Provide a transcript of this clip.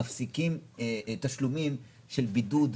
מפסיקים תשלומים של בידוד,